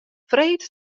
freed